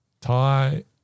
Tie